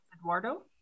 Eduardo